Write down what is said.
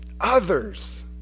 others